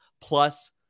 plus